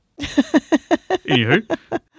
Anywho